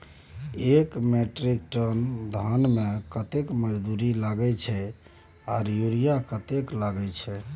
एक metric ton धान में कतेक मजदूरी लागे छै आर यूरिया कतेक लागे छै?